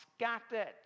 scattered